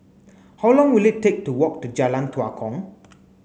how long will it take to walk to Jalan Tua Kong